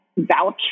vouch